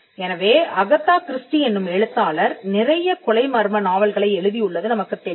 எனவே Agatha Christie என்னும் எழுத்தாளர் நிறைய கொலை மர்ம நாவல்களை எழுதியுள்ளது நமக்குத் தெரியும்